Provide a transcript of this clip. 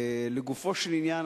לגופו של עניין,